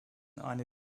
eine